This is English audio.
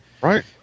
Right